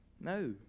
No